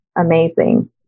amazing